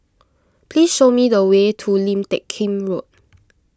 please show me the way to Lim Teck Kim Road